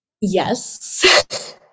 yes